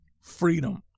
freedom